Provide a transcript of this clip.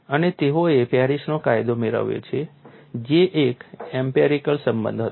અને તેઓએ પેરિસનો કાયદો મેળવ્યો છે જે એક એમ્પિરિકલ સંબંધ હતો